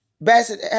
Bassett